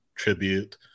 tribute